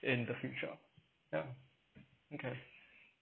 in the future ya okay